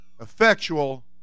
effectual